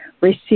receive